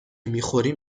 میخوریم